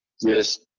Yes